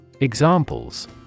Examples